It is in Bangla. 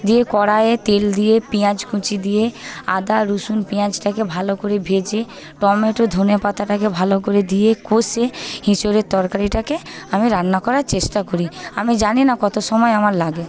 দিয়ে কড়াইয়ে তেল দিয়ে পেঁয়াজ কুচি দিয়ে আদা রসুন পেঁয়াজটাকে ভালো করে ভেজে টমেটো ধনেপাতাটাকে ভালো করে দিয়ে কষে এঁচোড়ের তরকারিটাকে আমি রান্না করার চেষ্টা করি আমি জানি না কত সময় আমার লাগে